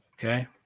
Okay